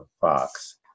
Fox